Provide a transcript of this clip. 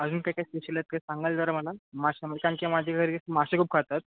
अजून काही काय स्पेशल आहेत काय सांगाल जरा मला माशामध्ये कारण की माझ्या घरी मासे खूप खातात